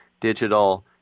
digital